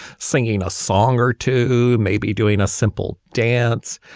singing a song or two, maybe doing a simple dance.